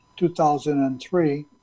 2003